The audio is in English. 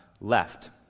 left